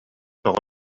тоҕо